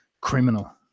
Criminal